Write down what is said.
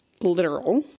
literal